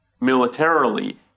militarily